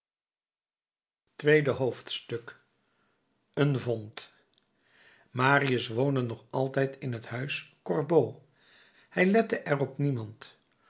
tweede hoofdstuk een vond marius woonde nog altijd in het huis gorbeau hij lette er op niemand